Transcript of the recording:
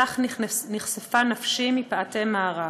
/ לך נכספה נפשי מפאתי מערב".